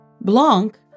Blanc